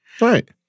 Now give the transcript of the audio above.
Right